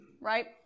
right